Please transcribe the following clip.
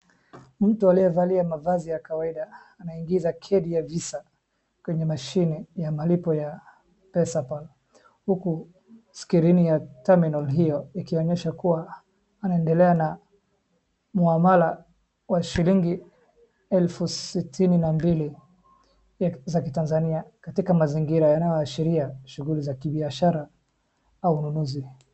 Mtu amabye amevalia mavazi ya kwaida anaingiza card ya Visa kwenye mashine ya malipo ya pesa ya Pesapal, huku screen ya terminal hiyo ikionyesha kuwa anaendelea na mhamala wa shilingi elfu sitini na mbili za Tanzania katika mazingira yanayoashiria shughuli za biashara au ununuzi.